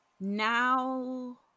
now